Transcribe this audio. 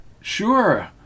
Sure